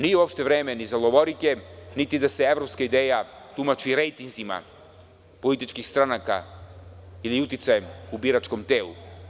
Nije uopšte vreme ni za lovorike, niti da se evropska ideja tumači rejtinzima političkih stranaka ili uticajem u biračkom telu.